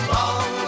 Long